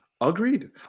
agreed